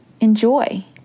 enjoy